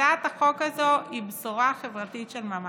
הצעת החוק הזו היא בשורה חברתית של ממש.